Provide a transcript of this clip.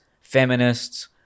feminists